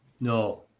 no